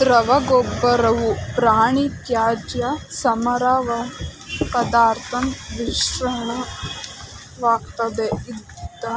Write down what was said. ದ್ರವಗೊಬ್ಬರವು ಪ್ರಾಣಿತ್ಯಾಜ್ಯ ಸಾವಯವಪದಾರ್ಥದ್ ಮಿಶ್ರಣವಾಗಯ್ತೆ